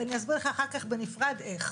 ואני אסביר לך אחר כך בנפרד איך.